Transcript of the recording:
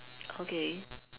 okay